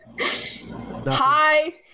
Hi